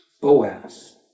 Boaz